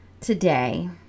today